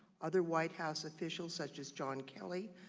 other white house officials such as john kelly,